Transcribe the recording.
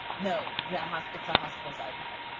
no. the hospital, the hospitals, ipod.